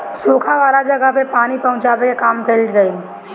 सुखा वाला जगह पे पानी पहुचावे के काम कइल गइल